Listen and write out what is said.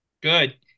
Good